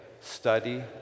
study